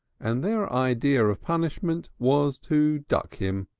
and their idea of punishment was to duck him.